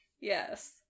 Yes